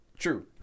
True